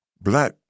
black